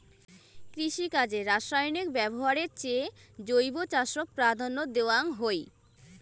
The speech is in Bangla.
কৃষিকাজে রাসায়নিক ব্যবহারের চেয়ে জৈব চাষক প্রাধান্য দেওয়াং হই